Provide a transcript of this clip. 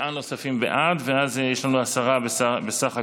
יש תשעה נוספים בעד, אז יש לנו עשרה בסך הכול.